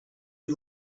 you